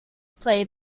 played